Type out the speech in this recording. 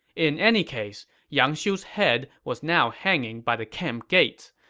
in any case, yang xiu's head was now hanging by the camp gates,